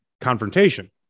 confrontation